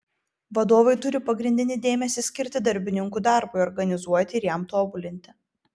vadovai turi pagrindinį dėmesį skirti darbininkų darbui organizuoti ir jam tobulinti